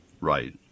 Right